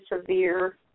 severe